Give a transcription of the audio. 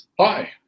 Hi